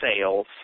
sales